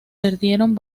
perdieron